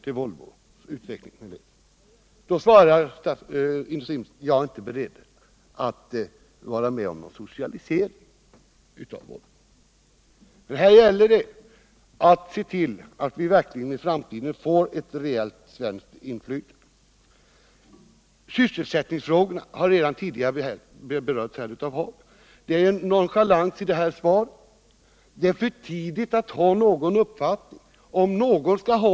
Industriministern svarar att han inte är beredd att vara med om någon socialisering av Volvo. Men här gäller det att se till att vi i framtiden verkligen får ett rejält svenskt inflytande. Sysselsättningsfrågorna har redan berörts av Rolf Hagel. I svaret säger industriministern nonchalant att det är ”för tidigt att ha någon uppfattning om detta redan nu”.